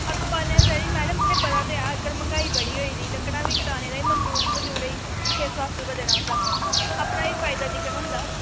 अग्ग बालने आस्तै चाहिदी मैडम तुसेंगी पता ते ऐ अज्जकल मैंह्गाई बड़ी होई गेदी लकड़ां बी कटाने ताहीं मंदूर मज़दूरें गी छे सत्त सौ रपेआ देना पौंदा अपना ई फायदा दिक्खना होंदा